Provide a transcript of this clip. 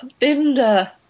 Binder